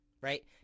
right